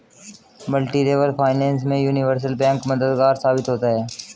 multilevel finance में universal bank मददगार साबित होता है